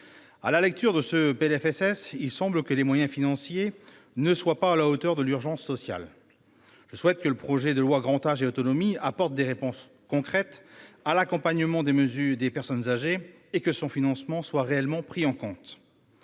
À la lecture de ce PLFSS, il semble que les moyens financiers ne soient pas à la hauteur de l'urgence sociale. Je souhaite que le projet de loi Grand âge et autonomie apporte des réponses concrètes pour l'accompagnement des personnes âgées et que son financement soit réellement prévu.